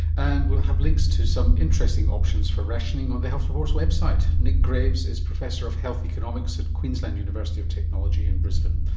and we'll have links to some interesting options for rationing on the health report's website. nick graves is professor of health economics at queensland university of technology in brisbane.